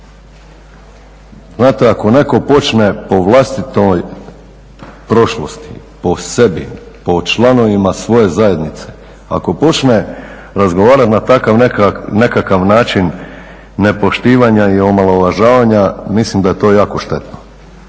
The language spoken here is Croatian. Znate ako netko počne po vlastitoj prošlosti, po sebi, po članovima svoje zajednice, ako počne razgovarati na takav nekakav način nepoštivanja i omalovažavanja mislim da je to jako štetno